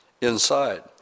inside